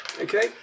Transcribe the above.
Okay